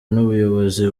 n’ubuyobozi